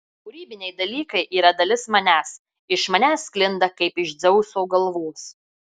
kūrybiniai dalykai yra dalis manęs iš manęs sklinda kaip iš dzeuso galvos